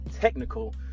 technical